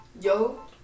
Yo